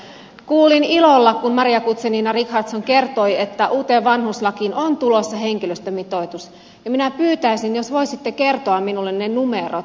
kuulin ilolla kun maria guzenina richardson kertoi että uuteen vanhuslakiin on tulossa henkilöstömitoitus ja minä pyytäisin jos voisitte kertoa minulle ne numerot